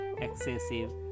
excessive